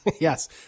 Yes